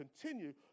continue